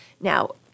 Now